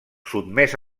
sotmès